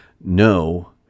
no